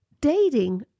Dating